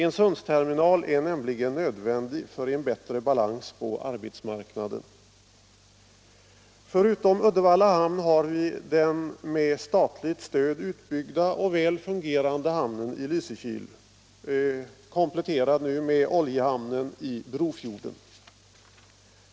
En Sundsterminal är nämligen nödvändig för en bättre balans på arbetsmarknaden. Förutom Uddevalla hamn har vi den med statligt stöd utbyggda och väl fungerande hamnen i Lysekil, kompletterad nu med oljehamn i Brofjorden.